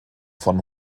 von